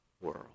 world